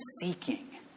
seeking